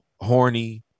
horny